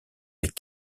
les